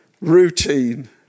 routine